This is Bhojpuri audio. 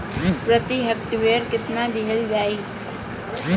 प्रति हेक्टेयर उर्वरक केतना दिहल जाई?